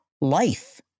life